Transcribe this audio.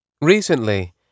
Recently